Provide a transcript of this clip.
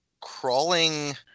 crawling